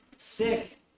Sick